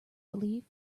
belief